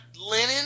linen